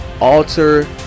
alter